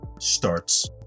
starts